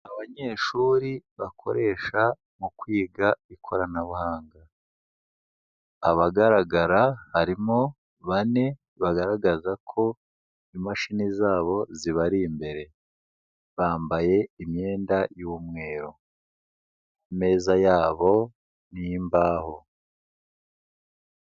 Abanyeshuri bakoresha mu kwiga ikoranabuhanga, abagaragara harimo bane bagaragaza ko imashini zabo zibari imbere, bambaye imyenda y'umweru, imeza yabo ni imbaho.